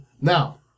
Now